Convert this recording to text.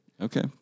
Okay